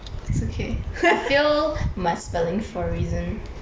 it's okay I fail my spelling for a reason